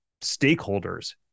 stakeholders